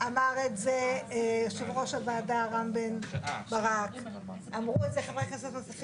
רק אם היושב-ראש מאשר, מאחר שכבר התחלנו בהצבעות.